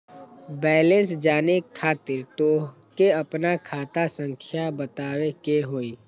Balance जाने खातिर तोह के आपन खाता संख्या बतावे के होइ?